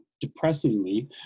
depressingly